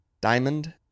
Diamond